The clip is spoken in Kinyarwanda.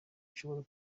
nshobora